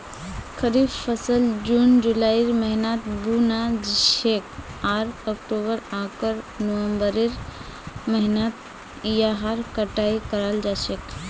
खरीफ फसल जून जुलाइर महीनात बु न छेक आर अक्टूबर आकर नवंबरेर महीनात यहार कटाई कराल जा छेक